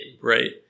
right